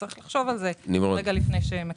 צריך לחשוב על זה רגע לפני שמקבעים.